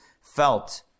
felt